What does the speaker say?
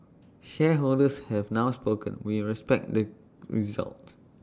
shareholders have now spoken we respect the result